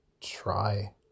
try